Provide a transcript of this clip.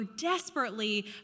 desperately